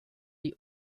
die